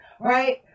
right